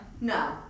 no